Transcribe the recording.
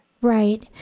Right